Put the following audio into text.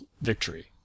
victory